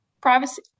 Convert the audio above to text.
privacy